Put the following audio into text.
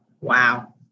Wow